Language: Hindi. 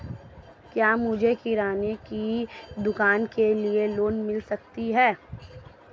क्या मुझे किराना की दुकान के लिए लोंन मिल सकता है?